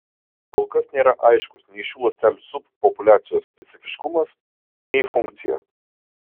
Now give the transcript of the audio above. kol kas nėra aiškus nei šių ląstelių subpopuliacijos specifiškumas nei funkcija